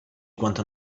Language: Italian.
quanto